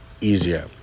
easier